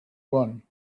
won